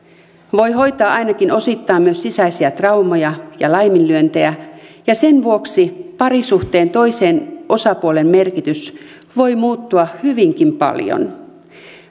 voi hoitaa ainakin osittain myös sisäisiä traumoja ja laiminlyöntejä ja sen vuoksi parisuhteen toisen osapuolen merkitys voi muuttua hyvinkin paljon